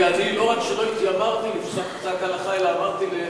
כי אני לא רק שלא התיימרתי לפסק הלכה אלא אמרתי להפך.